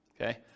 okay